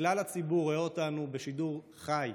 וכלל הציבור רואה אותנו בשידור חי,